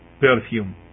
perfume